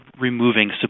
removing